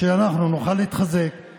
כדי שאנחנו נוכל להתחזק,